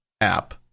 app